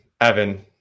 Evan